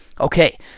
Okay